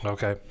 Okay